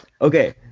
Okay